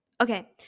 okay